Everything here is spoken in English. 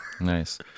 Nice